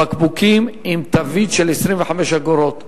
בקבוקים, עם תווית של 25 אגורות.